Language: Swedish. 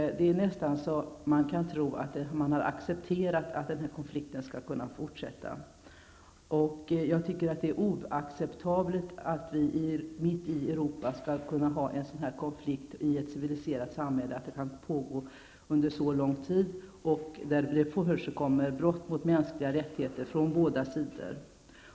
Det är nästan så att man kan tro att det har accepterats att denna konflikt skall kunna fortsätta. Jag tycker att det är oacceptabelt att vi mitt i Europa skall kunna ha en sådan här konflikt i ett civiliserat samhälle, och att den kan pågå under så lång tid. Det förekommer brott mot mänskliga rättigheter från båda sidor.